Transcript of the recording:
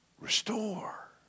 restore